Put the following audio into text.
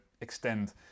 extend